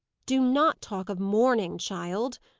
do not talk of mourning, child,